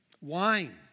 Wine